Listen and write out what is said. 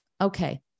Okay